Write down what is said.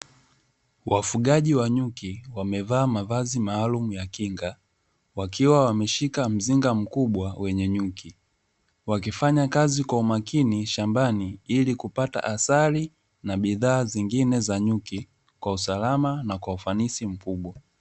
Wafugaji wa nyuki wamevaa mavazi maalumu ya kinga, wakiwa wameshika mzinga mkubwa wenye nyuki, wakifanya kazi kwa umakini shambani ili kupata asali na bidhaa zingine za nyuki kwa usalama na kwa ufanisi mkubwa.